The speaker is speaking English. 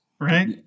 right